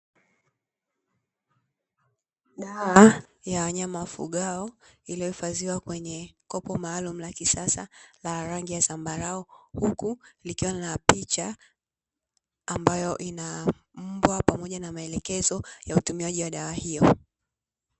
Dawa ya wanyama wafugwao, iliyohifadhiwa kwenye kopo maalumu la kisasa la rangi ya zambarau, huku likiwa lina picha ambayo ina mbwa pamoja na maelekezo ya utumiaji wa dawa hiyo.